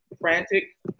frantic